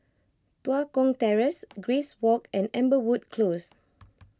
Tua Kong Terrace Grace Walk and Amberwood Close